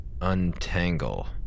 untangle